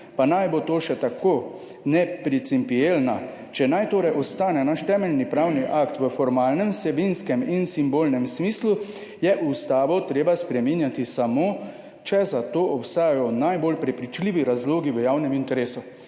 pa naj bo še tako neprincipialna, če naj torej ostane naš temeljni pravni akt v formalnem, vsebinskem in simbolnem smislu, je ustavo treba spreminjati samo, če za to obstajajo najbolj prepričljivi razlogi v javnem interesu.«